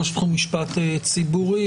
ראש תחום משפט ציבורי,